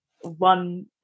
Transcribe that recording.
one